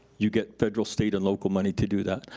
you get federal, state, and local money to do that.